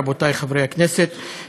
רבותי חברי הכנסת,